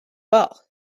ball